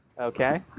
okay